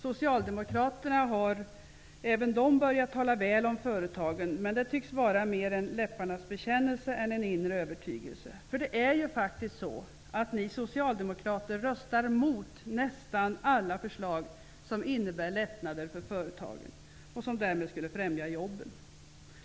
Socialdemokraterna har, även de, börjat tala väl om företagen. Men det tycks mer vara en läpparnas bekännelse än en inre övertygelse. För det är ju faktiskt så, att ni socialdemokrater röstar mot nästan alla förslag som innebär lättnader för företagen och som därmed skulle främja jobben.